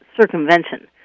circumvention